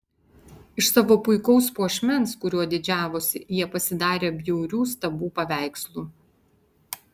iš savo puikaus puošmens kuriuo didžiavosi jie pasidarė bjaurių stabų paveikslų